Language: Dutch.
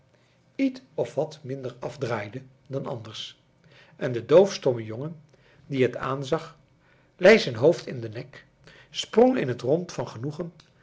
iet of wat minder afdraaide dan anders en de doofstomme jongen die het aanzag lei zijn hoofd in den nek sprong in het rond van genoegen